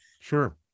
Sure